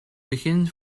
begin